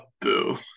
boo